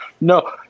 No